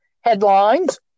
headlines